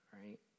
right